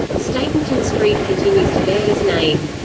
stapleton street continues to bear his name.